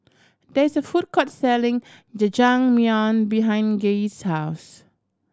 there is a food court selling Jajangmyeon behind Gee's house